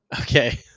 Okay